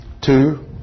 two